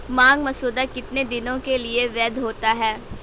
मांग मसौदा कितने दिनों के लिए वैध होता है?